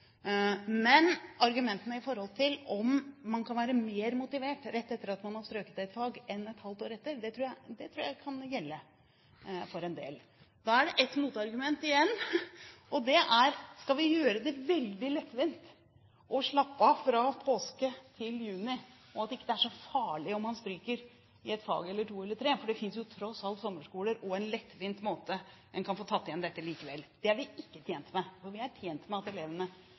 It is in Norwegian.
Men argumentet om at man kan være mer motivert rett etter at man har strøket i et fag enn et halvt år etter, tror jeg kan gjelde for en del. Da er det ett motargument igjen, og det er: Skal vi gjøre det veldig lettvint å slappe av fra påske til juni – at det ikke er så farlig om man stryker i et fag, eller to, eller tre, fordi det jo tross alt finnes sommerskoler og en lettvint måte å få tatt igjen dette på likevel? Det er vi ikke tjent med, for vi er tjent med at elevene